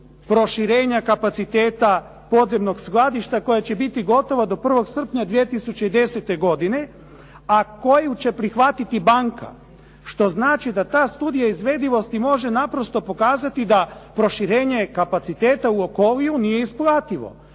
proširenja kapaciteta podzemnog skladišta koje će biti gotovo do 1. srpnja 2010. godine, a koju će prihvatiti banka. Što znači da ta studija izvedivosti može naprosto pokazati da proširenje kapaciteta u Okoliju nije isplativo.